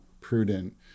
prudent